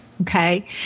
Okay